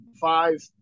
five